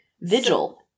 Vigil